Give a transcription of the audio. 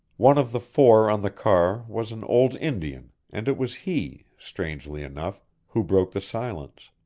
one of the four on the car was an old indian and it was he, strangely enough, who broke the silence.